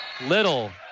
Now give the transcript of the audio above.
little